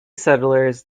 settlers